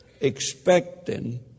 expecting